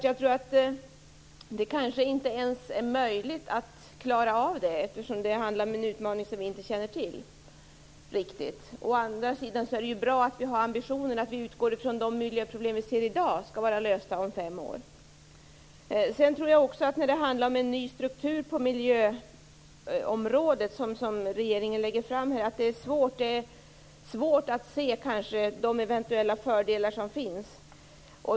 Jag tror att det kanske inte ens är möjligt att klara av det eftersom det handlar om en utmaning som vi inte känner till. Å andra sidan är det ju bra att vi har ambitionen att vi utgår från de miljöproblem vi ser i dag och säger att de skall vara lösta om 25 år. Sedan tror jag också, när det handlar om en ny struktur på miljöområdet som regeringen lägger fram, att det är svårt att se de eventuella fördelar som finns.